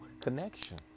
connection